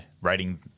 writing